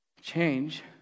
Change